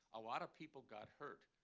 a lot of people got hurt.